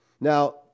Now